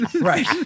right